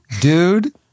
dude